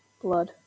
Blood